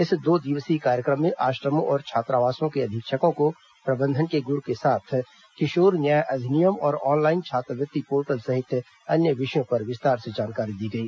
इस दो दिवसीय कार्यक्रम में आश्रमों और छात्रावासों के अधीक्षकों को प्रबंधन के गुर के साथ किशोर न्याय अधिनियम और ऑनलाईन छात्रवृत्ति पोर्टल सहित अन्य विषयों पर विस्तार से जानकारी दी गई